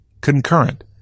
concurrent